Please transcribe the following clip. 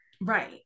right